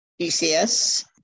DCS